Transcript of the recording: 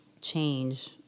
change